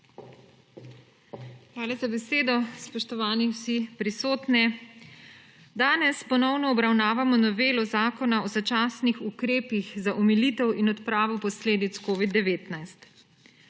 Hvala za besedo. Spoštovani vsi prisotni! Danes ponovno obravnavamo novelo Zakona o začasnih ukrepih za omilitev in odpravo posledic COVID-19.